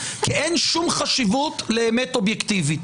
כי אין שום חשיבות לאמת אובייקטיבית.